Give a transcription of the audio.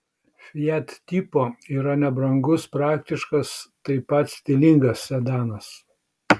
fiat tipo yra nebrangus praktiškas taip pat stilingas sedanas